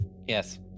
Yes